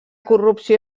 corrupció